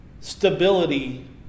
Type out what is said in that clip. stability